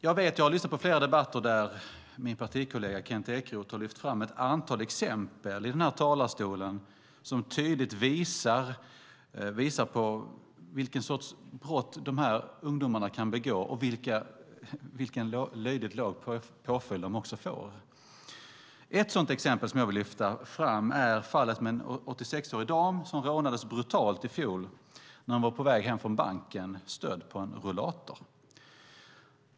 Jag har lyssnat på flera debatter där min partikollega Kent Ekeroth i denna talarstol har lyft fram ett antal exempel som tydligt visar vilken sorts brott dessa ungdomar kan begå och vilken löjligt låg påföljd de får. Ett sådant exempel som jag vill lyfta fram är fallet med en 86-årig dam som rånades brutalt i fjol när hon var på väg hem från banken, stödd på en rullator.